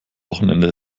wochenende